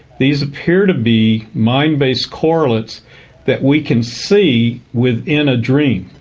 these appear to be mind-based correlates that we can see within a dream.